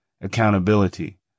accountability